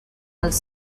els